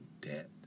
debt